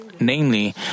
Namely